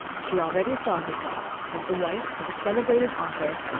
she already saw herself, as the wife of a celebrated author,